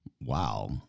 Wow